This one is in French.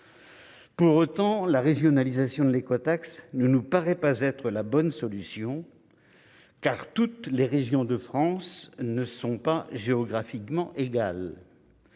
Pour autant, la régionalisation de l'écotaxe ne nous paraît pas être la bonne solution, car toutes les régions de France ne sont pas géographiquement égales.